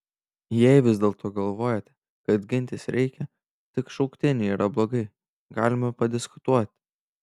jei vis dėlto galvojate kad gintis reikia tik šauktiniai yra blogai galime padiskutuoti